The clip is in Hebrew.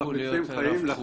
שתצטרכו להיות רב-תחומיים.